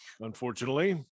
unfortunately